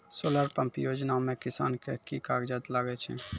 Solar pump योजना म किसान के की कागजात लागै छै?